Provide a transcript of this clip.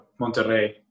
Monterrey